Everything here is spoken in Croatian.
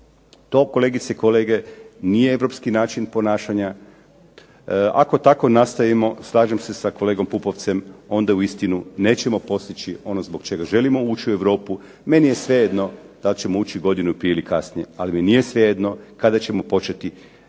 To kolegice i kolege nije europski način ponašanja, ako tako nastavimo slažem se sa kolegom Pupovcem onda uistinu nećemo postići ono zbog čega želimo ući u Europu. Meni je svejedno da li ćemo ući godinu prije ili kasnije, ali mi nije svejedno kada ćemo početi